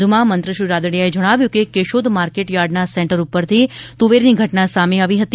વધુમાં મંત્રી શ્રી રાદડીયાએ જણાવ્યું કે કેશોદ માર્કેટ યાર્ડના સેન્ટર ઉપરથી તુવેરની ઘટના સામે આવેલ હતી